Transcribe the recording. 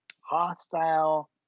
hostile